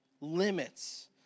limits